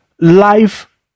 life